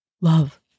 love